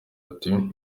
ati